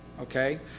Okay